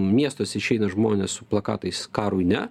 miestuose išeina žmonės su plakatais karui ne